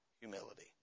Humility